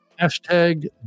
hashtag